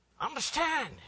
understand